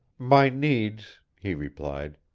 my needs, he replied.